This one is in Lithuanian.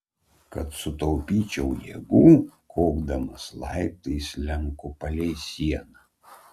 kad sutaupyčiau jėgų kopdamas laiptais slenku palei sieną